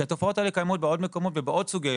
כי התופעות האלה קיימות בעוד מקומות ובעוד סוגי